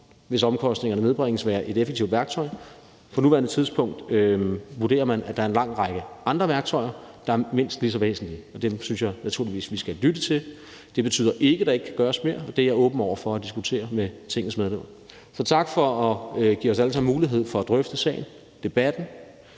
hvis omkostningerne nedbringes. På nuværende tidspunkt vurderer man, at der er en lang række andre værktøjer, der er mindst lige så væsentlige. Dem synes jeg naturligvis vi skal lytte til. Det betyder ikke, at der ikke kan gøres mere, og det er jeg åben over for at diskutere med Tingets medlemmer. Så tak for at give os alle sammen mulighed for at drøfte sagen, tak